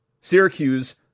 Syracuse